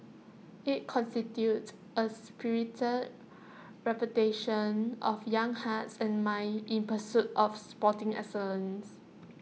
IT constitutes A spirited reputation of young hearts and minds in pursuit of sporting excellence